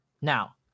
Now